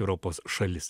europos šalis